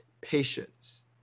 patience